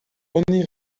oni